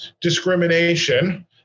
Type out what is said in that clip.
discrimination